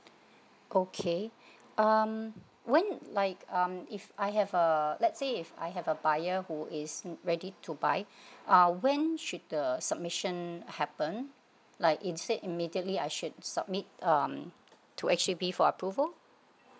okay um when like um if I have a let's say if I have a buyer who is ready to buy uh when should the submission happen like instead immediately I should submit um to H_D_B for approval